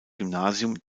gymnasium